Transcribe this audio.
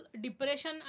depression